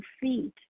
feet